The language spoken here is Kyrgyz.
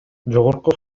жогорку